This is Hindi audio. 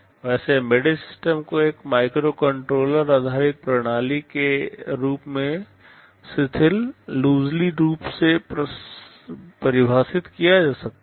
वैसे एम्बेडेड सिस्टम को एक माइक्रोकंट्रोलर आधारित प्रणाली के रूप में शिथिल लूजली रूप से परिभाषित किया जा सकता है